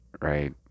right